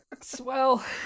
Swell